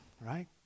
right